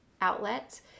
outlet